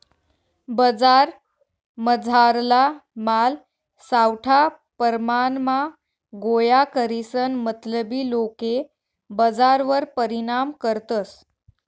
बजारमझारला माल सावठा परमाणमा गोया करीसन मतलबी लोके बजारवर परिणाम करतस